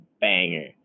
banger